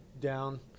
down